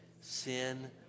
Sin